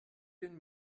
bin